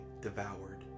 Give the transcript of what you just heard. devoured